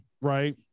right